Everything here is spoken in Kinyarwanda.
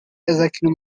azakina